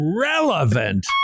relevant